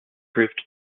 proved